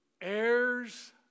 Heirs